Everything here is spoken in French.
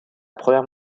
première